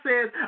says